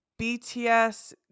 bts